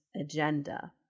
agenda